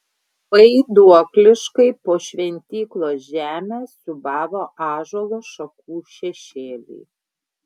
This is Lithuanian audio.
vaiduokliškai po šventyklos žemę siūbavo ąžuolo šakų šešėliai